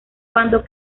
cuando